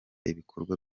ibikorwa